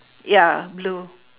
ya blue